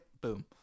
Boom